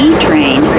E-train